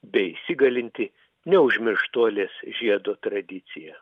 beįsigalinti neužmirštuolės žiedo tradicija